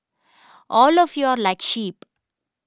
all of you are like sheep